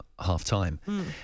half-time